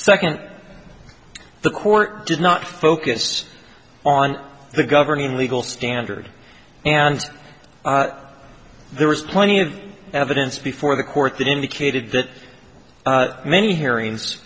second the court did not focus on the governing legal standard and there was plenty of evidence before the court that indicated that many hearings